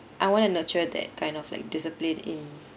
I want to nurture that kind of like discipline in